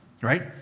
Right